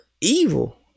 evil